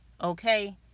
okay